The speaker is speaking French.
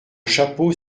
chapeau